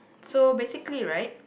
so basically right